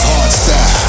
Hardstyle